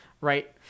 right